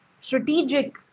strategic